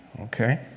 Okay